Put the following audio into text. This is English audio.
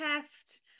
test